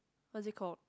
what's it called